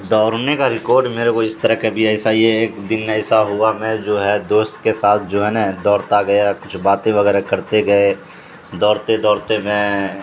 دوڑنے کا ریکارڈ میرے کو اس طرح کبھی ایسا یہ ایک دن ایسا ہوا میں جو ہے دوست کے ساتھ جو ہے نا دوڑتا گیا کچھ باتیں وغیرہ کرتے گئے دوڑتے دوڑتے میں